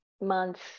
months